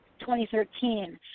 2013